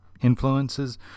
influences